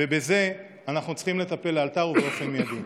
ובזה אנחנו צריכים לטפל לאלתר ובאופן מיידי.